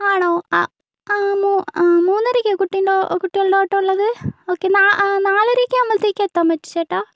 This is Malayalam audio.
ആണോ ആ മൂന്നരക്കോ കുട്ടീൻ്റെ കുട്ടികളുടെ ഓട്ടമുള്ളത് ഓക്കെ നാലരയൊക്കെ ആകുമ്പോഴത്തേക്കും എത്താൻ പറ്റുമോ ചേട്ടാ